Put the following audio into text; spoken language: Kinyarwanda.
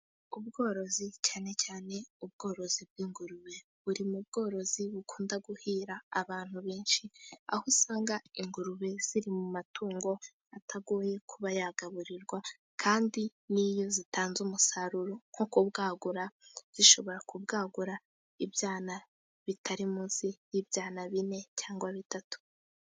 Ubworozi cyane cyane ubworozi bw'ingurube, buri mu bworozi bukunda guhira abantu benshi, aho usanga ingurube ziri mu matungo atagoye kuba yagaburirwa, kandi n'iyo zitanze umusaruro nko kubwagura, zishobora kubwagura ibyana bitari munsi y'ibyana bine cyangwa bitatu.